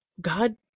God